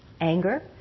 anger